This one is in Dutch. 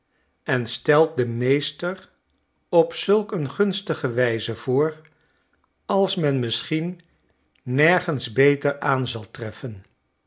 en stelt den meester op zulk een gunstige wijze voor als men misschien nergens beter aan zal treffen